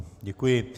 Děkuji.